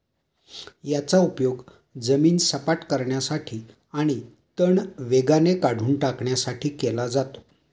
याचा उपयोग जमीन सपाट करण्यासाठी आणि तण वेगाने काढून टाकण्यासाठी केला जातो